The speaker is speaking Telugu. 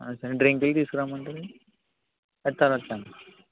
సరే డ్రింకులు తీసుకురమ్మంటారా లేదా తర్వాత తేనా